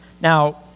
Now